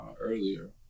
earlier